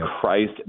Christ